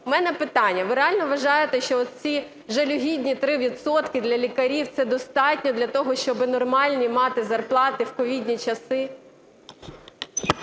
у мне питання. Ви реально вважаєте, що ці жалюгідні 3 відсотки для лікарів, це достатньо для того, щоб нормальні мати зарплати в ковідні часи?